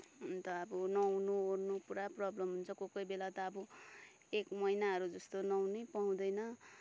अन्त अब नुहाउनुओर्नु पुरा प्रब्लम हुन्छ कोही कोही बेला त अब एक महिनाहरू जस्तो नुहाउनै पाउँदैन